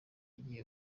igihe